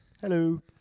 hello